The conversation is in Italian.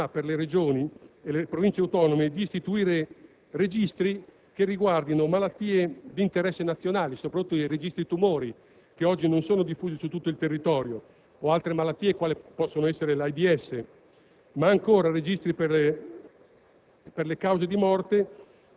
l'articolo 7 è importante e prevede la possibilità per Regioni e Province autonome di istituire registri che riguardino malattie d'interesse nazionale; si fa soprattutto riferimento ai registri tumori, che oggi non sono diffusi su tutto il territorio, o ad altre malattie quali l'AIDS,